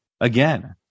again